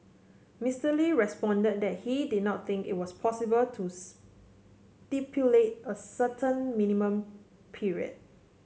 Mister Lee responded that he did not think it was possible to stipulate a certain minimum period